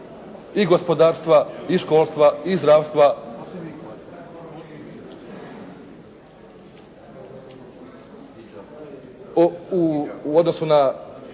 i gospodarstva i školstva i zdravstva u odnosu na